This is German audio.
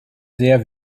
sehr